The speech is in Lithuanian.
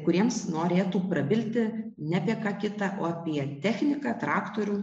kuriems norėtų prabilti ne apie ką kita o apie techniką traktorių